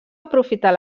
aprofitar